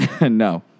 No